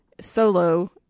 solo